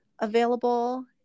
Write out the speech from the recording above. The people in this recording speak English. available